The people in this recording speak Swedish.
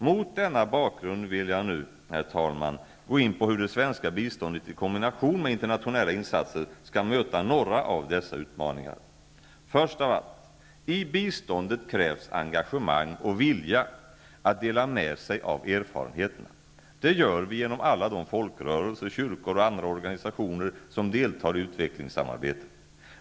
Mot denna bakgrund vill jag nu, herr talman, gå in på hur det svenska biståndet i kombination med internationella insatser skall möta några av dessa utmaningar. För det första: I biståndet krävs engagemang och vilja att dela med sig av erfarenheterna. Det gör vi genom alla de folkrörelser, kyrkor och andra organisationer som deltar i utvecklingssamarbetet.